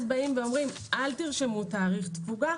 אז באים אומרים: אל תרשמו תאריך תפוגה,